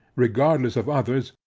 regardless of others,